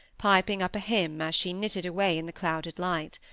piping up a hymn, as she knitted away in the clouded light.